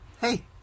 Hey